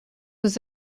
was